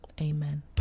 Amen